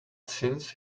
since